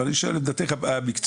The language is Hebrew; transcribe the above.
אני שואל את דעתך המקצועית.